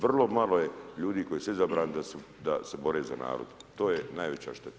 Vrlo malo je ljudi koji su izabrani da se bore za narod, to je najveća šteta.